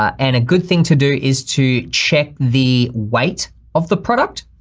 and a good thing to do is to check the weight of the product.